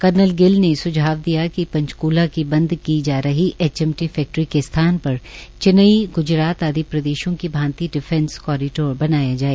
colonel Gill ने सुझाव दिया कि पंचक्ला की बंद की जा रही एचएमटी फैक्ट्री के स्थान पर चेनई ग्जरात आदि प्रदेशों की भांति डिफैंस कोरिडोर बनाया जाए